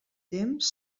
temps